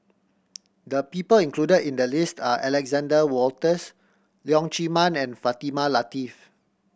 the people included in the list are Alexander Wolters Leong Chee Mun and Fatimah Lateef